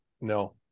No